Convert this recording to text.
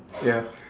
ya